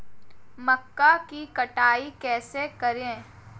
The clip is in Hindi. मक्का की कटाई कैसे करें?